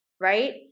Right